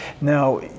Now